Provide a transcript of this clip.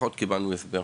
לפחות קיבלנו הסבר.